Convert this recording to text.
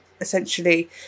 essentially